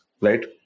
right